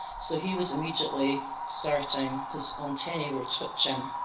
so he was immediately starting, his antenna were twitching.